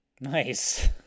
Nice